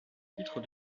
titre